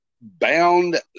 bound